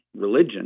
religion